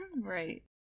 Right